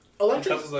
Electric